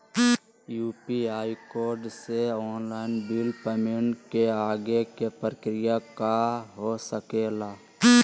UPI code से online bill payment के आगे के प्रक्रिया का हो सके ला?